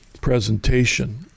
presentation